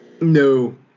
No